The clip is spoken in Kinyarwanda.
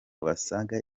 basaga